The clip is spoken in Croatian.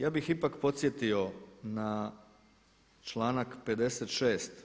Ja bih ipak podsjetio na članak 56.